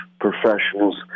professionals